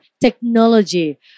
technology